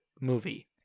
movie